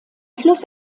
fluss